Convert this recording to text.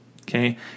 Okay